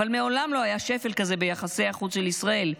אבל מעולם לא היה שפל כזה ביחסי החוץ של מדינת ישראל.